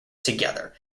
together